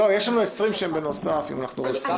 לא, יש לנו 20 שהן בנוסף, אם אנחנו רוצים.